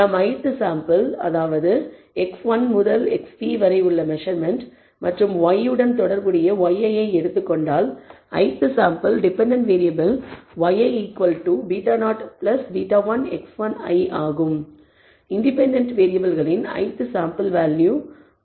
நாம் ith sample அதாவது x1 முதல் xp வரை உள்ள மெசர்மென்ட் மற்றும் y உடன் தொடர்புடைய yi ஐ எடுத்துக் கொண்டால் ith sample dependent variable yi β0 β1 x1 i ஆகும் இண்டிபெண்டன்ட் வேறியபிள்களின் ith சாம்பிள் வேல்யூ 1 ஆகும்